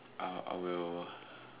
ah I will